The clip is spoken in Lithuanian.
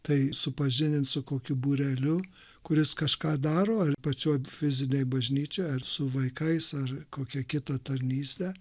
tai supažindint su kokiu būreliu kuris kažką daro ar pačioj fizinėj bažnyčioj ar su vaikais ar kokia kita tarnyste